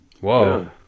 Whoa